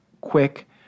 quick